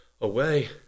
away